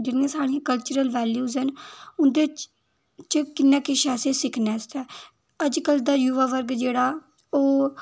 जि'न्नियां साढ़ियां cultural values न उ'न्दे च कि'न्ना किश असें सिक्खने आस्तै अज्ज कल दा युवा वर्ग जेह्ड़ा ओह्